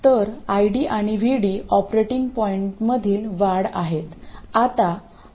तर ID आणि VD operating पॉईंटमधिल वाढ आहेत